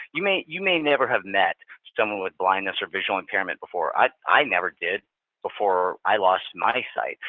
you may you may never have met someone with blindness or visual impairment before. i never did before i lost my sight.